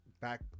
back